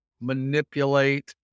manipulate